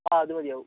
ആ അതുമതിയാവും